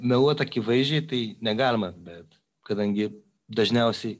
meluot akivaizdžiai tai negalima bet kadangi dažniausiai